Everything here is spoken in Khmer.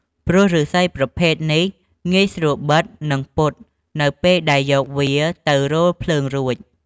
ព្រោះឫស្សីប្រភេទនេះងាយស្រួលបិត និងពត់នៅពេលដែលយកវាទៅរោលភ្លើងរួច។